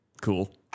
Cool